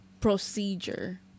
procedure